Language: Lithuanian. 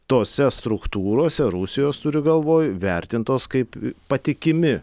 tose struktūrose rusijos turiu galvoj vertintos kaip patikimi